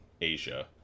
Asia